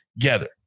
together